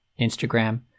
Instagram